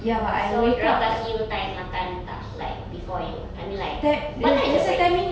so dia orang kasi you time makan tak like before you I mean like what time is your break